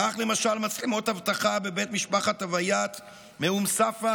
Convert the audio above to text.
כך למשל מצלמות אבטחה בבית משפחת עבייאת מאום צפא